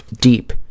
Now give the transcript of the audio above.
Deep